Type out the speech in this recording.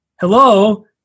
hello